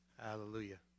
Hallelujah